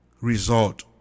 result